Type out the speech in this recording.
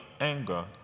anger